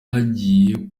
agiye